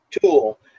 tool